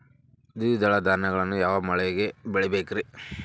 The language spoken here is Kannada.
ದ್ವಿದಳ ಧಾನ್ಯಗಳನ್ನು ಯಾವ ಮಳೆಗೆ ಬೆಳಿಬೇಕ್ರಿ?